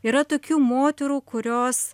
yra tokių moterų kurios